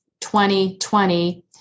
2020